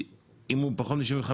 אם הוא פחות מ- 75?